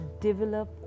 develop